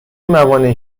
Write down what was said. موانع